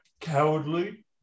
cowardly